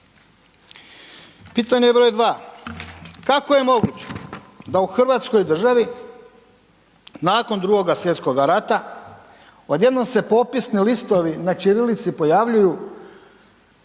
Pitanje br. 2, kako je moguće da u Hrvatskoj državi nakon Drugoga svjetskoga rata odjednom se popisni listovi na ćirilici pojavljuju